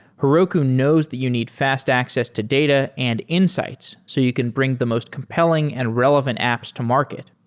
heroku knows that you need fast access to data and insights so you can bring the most compelling and relevant apps to market.